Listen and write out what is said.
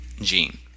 Gene